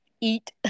eat